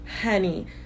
Honey